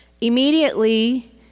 Immediately